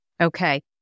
Okay